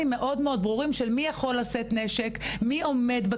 מאוד מאוד ברורים של מי יכול לשאת נשק,